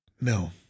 No